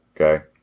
Okay